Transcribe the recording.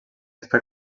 està